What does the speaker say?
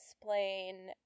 explain